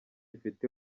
ifite